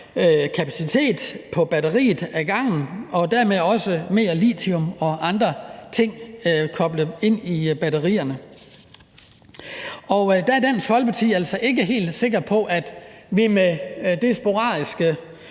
kapacitet på batteriet, altså ad gangen, og dermed også mere litium og andre ting koblet ind i batterierne. Der er Dansk Folkeparti altså ikke helt sikker på det sporadiske